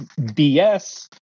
BS